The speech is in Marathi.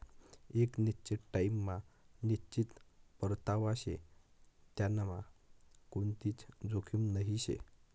एक निश्चित टाइम मा निश्चित परतावा शे त्यांनामा कोणतीच जोखीम नही शे